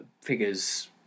figures